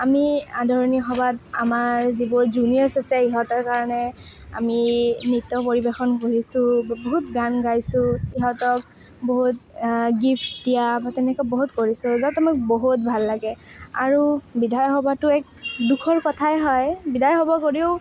আমি আদৰণি সভাত আমাৰ যিবোৰ জুনিয়ৰ্ছ আছে সিহঁতৰ কাৰণে আমি নৃত্য পৰিৱেশন কৰিছোঁ বহুত গান গাইছোঁ সিহঁতক বহুত গিফ্ট দিয়া বা তেনেকুৱা বহুত কৰিছোঁ য'ত আমাক বহুত ভাল লাগে আৰু বিদায় সভাটো এক দুখৰ কথাই হয় বিদায় সভা যদিও